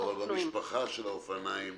אבל במשפחה של האופניים